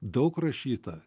daug rašyta